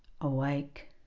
awake